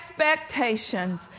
expectations